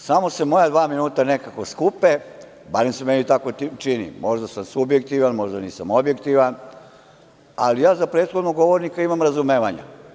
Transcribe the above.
Samo se moja dva minuta nekako skupe, barem se meni tako čini, možda sam subjektivan, možda nisam objektivan, ali ja za prethodnog govornika imam razumevanja.